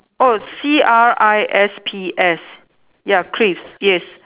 oh C R I S P S ya crisps yes